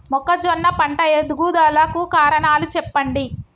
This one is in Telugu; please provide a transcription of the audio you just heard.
మొక్కజొన్న పంట ఎదుగుదల కు కారణాలు చెప్పండి?